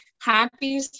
Happy